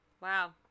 Wow